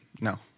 No